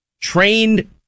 trained